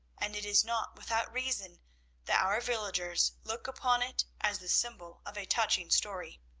and it is not without reason that our villagers look upon it as the symbol of a touching story.